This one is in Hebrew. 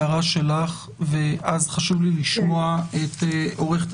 הערה שלך ואז חשוב לי לשמוע את עורכת